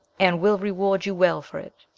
and will reward you well for it,